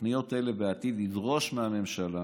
תוכניות אלה בעתיד ידרוש מהממשלה